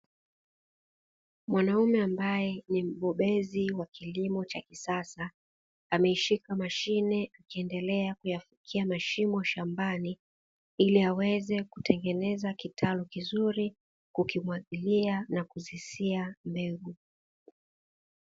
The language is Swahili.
Mwanaume ambaye ni mbobezi wa kilimo cha kisasa ameshika mashine akiendelea kuyafukia mashimo shambani ili aweze kutengeneza kitalu kizuri, kukimwagilia na kuzisia mbegu.